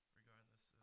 regardless